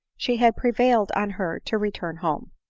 she had prevailed on her to return home.